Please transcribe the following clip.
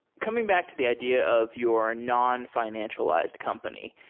coming back to the idea of your nonfi nancialized company,